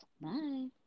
Bye